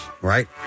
Right